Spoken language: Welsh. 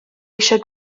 eisiau